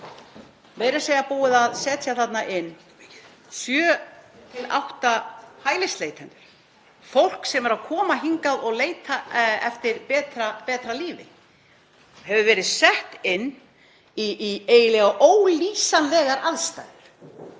að segja er búið að setja þarna inn 7–8 hælisleitendur. Fólk sem er að koma hingað og leita eftir betra lífi hefur verið sett inn í eiginlega ólýsanlegar aðstæður.